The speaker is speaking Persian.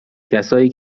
کسایی